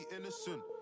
innocent